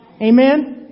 Amen